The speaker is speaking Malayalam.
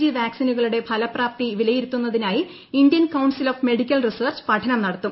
ജി പ്രാക്സിനുകളുടെ ഫലപ്രാപ്തി വിലയിരുത്തുന്നതിനായി Indian council of medical research പഠനം നടത്തും